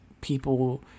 people